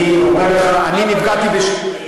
אני אומר לך, אני נפגעתי בשמו.